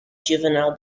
juvenile